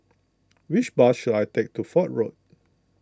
which bus should I take to Fort Road